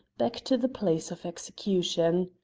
back to the place of execution.